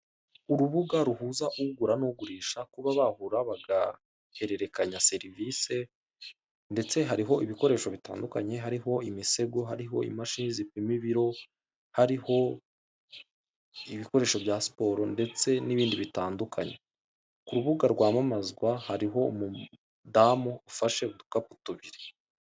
Urubuga ruhuza ugura n'ugurisha kuba bagura bagaherekanya serivise ndetse hariho ibikoresho bitandukanye; hariho imisego, hariho imashini zipima ibiro, hariho ibikoresho bya siporo n'ibindi bitandukanye. Urubuga rwamamazwa hariho umudamu ufashe udukapu tubiri.